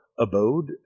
abode